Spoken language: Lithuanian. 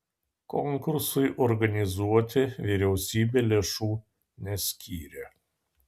konkursui organizuoti vyriausybė lėšų neskyrė